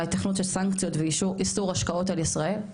ההיתכנות של סנקציות ואיסור השקעות על ישראל?